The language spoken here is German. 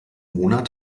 monat